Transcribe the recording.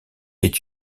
est